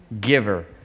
giver